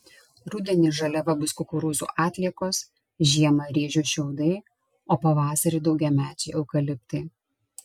rudenį žaliava bus kukurūzų atliekos žiemą ryžių šiaudai o pavasarį daugiamečiai eukaliptai